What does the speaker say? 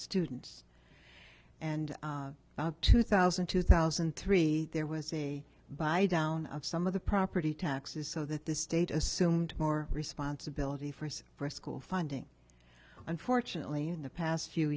students and two thousand two thousand and three there was a buy down of some of the property taxes so that the state assumed more responsibility for us for school funding unfortunately in the past few